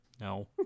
No